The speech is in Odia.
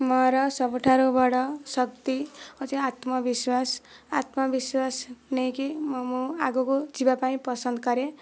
ମୋର ସବୁଠାରୁ ବଡ଼ ଶକ୍ତି ହେଉଛି ଆତ୍ମବିଶ୍ୱାସ ଆତ୍ମବିଶ୍ୱାସ ନେଇକି ମୁଁ ଆଗକୁ ଯିବା ପାଇଁ ପସନ୍ଦ କରେ